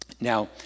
Now